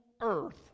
Earth